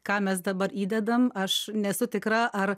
ką mes dabar įdedam aš nesu tikra ar